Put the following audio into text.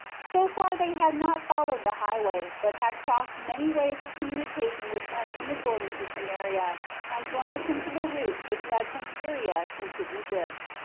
so far they had not followed the highway, but had crossed many ways of communication which went from the jordan to samaria and joined the principal routes which led from syria into egypt.